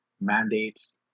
mandates